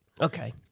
Okay